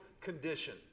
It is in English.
condition